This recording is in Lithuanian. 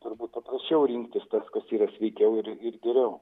turbūt paprasčiau rinktis tas kas yra sveikiau ir geriau